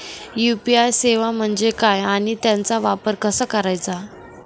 UPI सेवा म्हणजे काय आणि त्याचा वापर कसा करायचा?